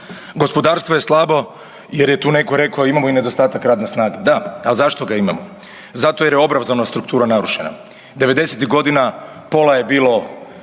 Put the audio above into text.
Gospodarstvo je slabo jer je tu neko rekao, a i imamo nedostatak radne snage. Da, ali zašto ga imamo? Zato jer obrazovana struktura narušena, devedesetih godina pola je bilo